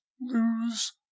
lose